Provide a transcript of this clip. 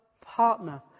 partner